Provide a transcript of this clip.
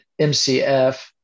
MCF